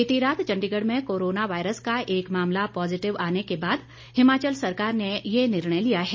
बीती रात चंडीगढ़ में कोरोना वायरस का एक मामला पॉजिटिव आने के बाद हिमाचल सरकार ने ये निर्णय लिया है